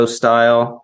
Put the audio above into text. style